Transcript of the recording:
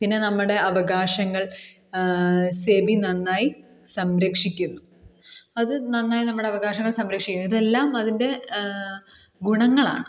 പിന്നെ നമ്മുടെ അവകാശങ്ങൾ സെബി നന്നായി സംരക്ഷിക്കുന്നു അത് നന്നായി നമ്മുടെ അവകാശങ്ങൾ സംരക്ഷിക്കുന്നു ഇതെല്ലാം അതിൻ്റെ ഗുണങ്ങളാണ്